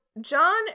John